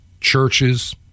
churches